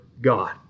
God